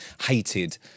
hated